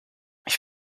ich